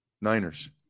Niners